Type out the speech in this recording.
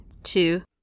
Two